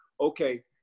Okay